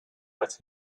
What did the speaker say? with